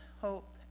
hope